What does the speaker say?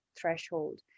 threshold